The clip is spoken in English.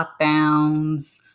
Lockdowns